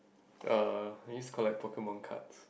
uh I used to collect pokemon cards